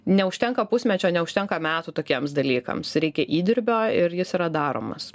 neužtenka pusmečio neužtenka metų tokiems dalykams reikia įdirbio ir jis yra daromas